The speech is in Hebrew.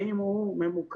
האם הוא ממוקד,